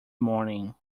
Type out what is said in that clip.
morning